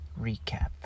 recap